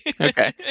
Okay